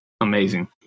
amazing